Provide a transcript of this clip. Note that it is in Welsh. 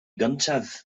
gyntaf